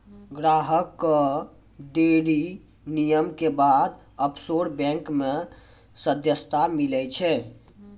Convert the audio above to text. ग्राहक कअ ढ़ेरी नियम के बाद ऑफशोर बैंक मे सदस्यता मीलै छै